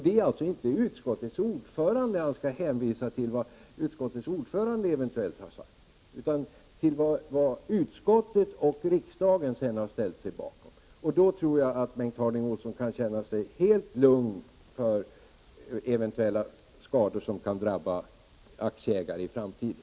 Det är alltså inte vad utskottets ordförande eventuellt har sagt som domstolen skall hänvisa till utan till vad utskottet och riksdagen har fattat beslut om. Då tror jag att Bengt Harding Olson kan känna sig helt lugn när det gäller eventuella skador som kan drabba aktieägare i framtiden.